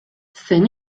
zein